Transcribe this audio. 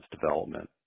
development